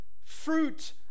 fruit